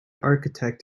architect